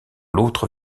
l’autre